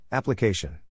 Application